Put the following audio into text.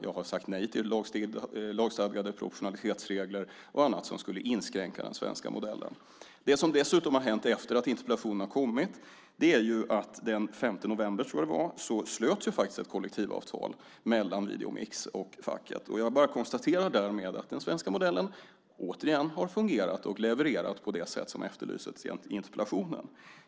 Jag har sagt nej till lagstadgade proportionalitetsregler och annat som skulle inskränka den svenska modellen. Det som dessutom har hänt efter att interpellationen kom är att det den 5 november, tror jag att det var, faktiskt slöts ett kollektivavtal mellan Videomix och facket. Jag bara konstaterar därmed att den svenska modellen återigen har fungerat och levererat på det sätt som efterlyses i interpellationen.